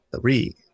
three